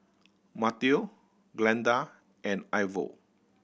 Mateo Glinda and Ivor